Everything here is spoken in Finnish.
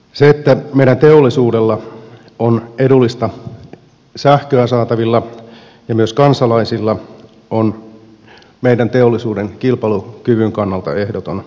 se että meidän teollisuudella on edullista sähköä saatavilla ja myös kansalaisilla on meidän teollisuuden kilpailukyvyn kannalta ehdoton asia